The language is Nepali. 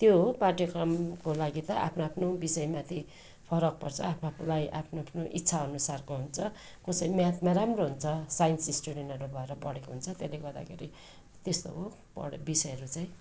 त्यो हो पाठ्यक्रमको लागि त आफ्नो आफ्नो विषयमाथि फरक पर्छ आफू आफूलाई आफ्नु आफ्नु इच्छा अनुसारको हुन्छ कसै म्याथमा राम्रो हुन्छ साइन्स स्टुडेन्टहरू भएर पढेको हुन्छ त्यसले गर्दाखेरि त्यस्तो हो पढे विषयहरू चाहिँ